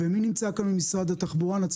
מי נמצא כאן ממשרד התחבורה?